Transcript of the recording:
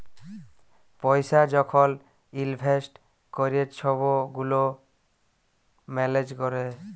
পইসা যখল ইলভেস্ট ক্যরে ছব গুলা ম্যালেজ ক্যরে